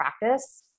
practice